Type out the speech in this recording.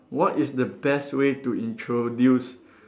what is the best way to introduce